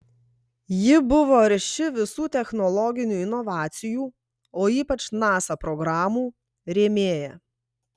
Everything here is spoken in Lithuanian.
ji buvo arši visų technologinių inovacijų o ypač nasa programų rėmėja